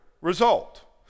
result